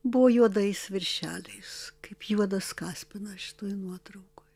buvo juodais viršeliais kaip juodas kaspinas šitoje nuotraukoj